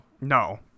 no